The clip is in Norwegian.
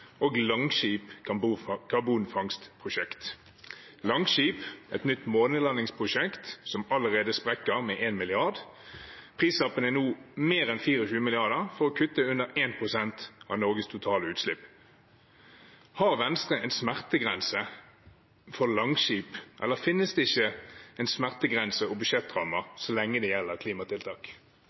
og Langskip karbonfangstprosjekt. Langskip er et nytt månelandingsprosjekt som allerede sprekker med 1 mrd. kr. Prislappen er nå mer enn 24 mrd. kr for å kutte under 1 pst. av Norges totale utslipp. Har Venstre en smertegrense for Langskip, eller finnes det ikke en smertegrense og budsjettrammer så lenge det gjelder klimatiltak?